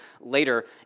later